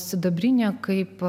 sidabrinė kaip